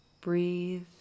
Breathe